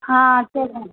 ஆ சரி